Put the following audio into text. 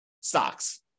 stocks